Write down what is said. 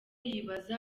yibaza